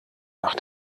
nach